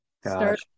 start